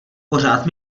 pořád